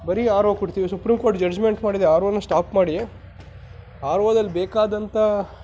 ಬರೀ R O ಕುಡಿತೀವಿ supreme court judgment ಮಾಡಿದೆ ಆರ್ ಒನ ಸ್ಟಾಪ್ ಮಾಡಿ ಆರ್ ಒದಲ್ಲಿ ಬೇಕಾದಂಥ